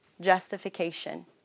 justification